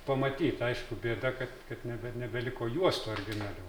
pamatyt aišku bėda kad kad nebe nebeliko juostų originalių